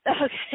okay